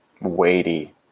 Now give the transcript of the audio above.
weighty